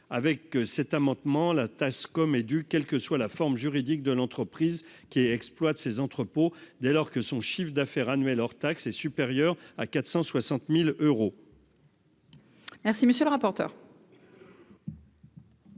avec cet amendement, la TASCOM et du quelle que soit la forme juridique de l'entreprise qui exploite ces entrepôts dès lors que son chiffre d'affaires annuel hors taxes est supérieur à 460000 euros. Merci, monsieur le rapporteur.